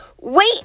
Wait